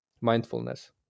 mindfulness